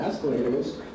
escalators